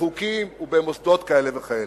בחוקים ובמוסדות כאלה וכאלה,